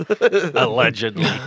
Allegedly